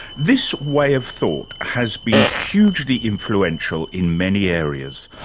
this way of thought has been hugely influential in many areas.